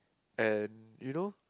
and you know